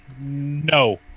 No